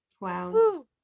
Wow